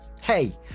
Hey